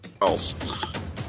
else